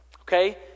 okay